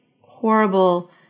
horrible